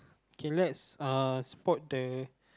okay let's uh spot the